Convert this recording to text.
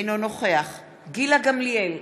אינו נוכח גילה גמליאל,